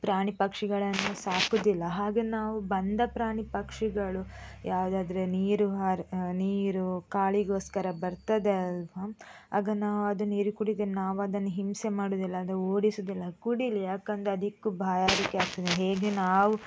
ಪ್ರಾಣಿ ಪಕ್ಷಿಗಳನ್ನು ಸಾಕುವುದಿಲ್ಲ ಹಾಗೇ ನಾವು ಬಂದ ಪ್ರಾಣಿ ಪಕ್ಷಿಗಳು ಯಾವ್ದಾದರೆ ನೀರು ಹಾರ್ ನೀರು ಕಾಳಿಗೋಸ್ಕರ ಬರ್ತದೆ ಅಲ್ಲವಾ ಆಗ ನಾವು ಅದು ನೀರು ಕುಡಿದು ನಾವು ಅದನ್ನು ಹಿಂಸೆ ಮಾಡುವುದಿಲ್ಲ ಅದು ಓಡಿಸುವುದಿಲ್ಲ ಕುಡೀಲಿ ಯಾಕಂದರೆ ಅದಕ್ಕೂ ಬಾಯಾರಿಕೆ ಆಗ್ತದೆ ಹೇಗೆ ನಾವು